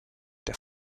der